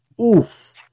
Oof